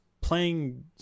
playing